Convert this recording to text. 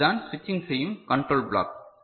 இது தான் சுவிட்சிங் செய்யும் கண்ட்ரோல் பிளாக்